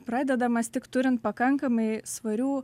pradedamas tik turint pakankamai svarių